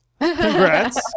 congrats